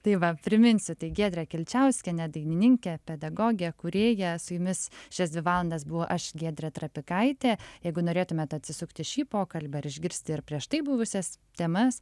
tai va priminsiu tai giedrė kilčiauskienė dainininkė pedagogė kūrėja su jumis šias dvi valandas buvau aš giedrė trapikaitė jeigu norėtumėt atsisukti šį pokalbį ar išgirsti ir prieš tai buvusias temas